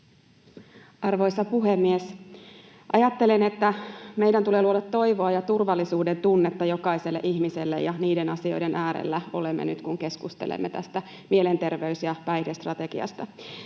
Arvoisa puhemies! Ajattelen, että meidän tulee luoda toivoa ja turvallisuudentunnetta jokaiselle ihmiselle, ja niiden asioiden äärellä olemme nyt, kun keskustelemme tästä mielenterveys- ja päihdestrategiasta.